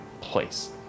place